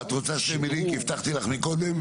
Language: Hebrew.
את רוצה כי הבטחתי לך מקודם?